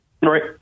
Right